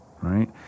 Right